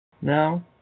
No